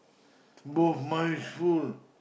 both my spoon